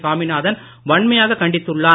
சாமிநாதன் வன்மையாகக் கண்டித்துள்ளார்